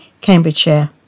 Cambridgeshire